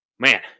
Man